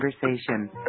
conversation